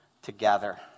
together